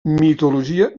mitologia